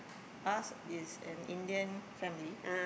us is an Indian family